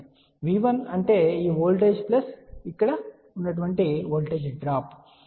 కాబట్టి V1 అంటే ఈ వోల్టేజ్ ప్లస్ ఇక్కడ వోల్టేజ్ డ్రాప్ అని చెప్పవచ్చు